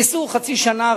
ניסו חצי שנה,